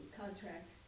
contract